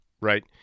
right